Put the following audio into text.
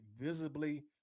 visibly